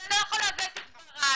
אתה לא יכול לעוות את דבריי.